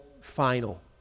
final